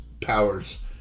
powers